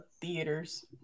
theaters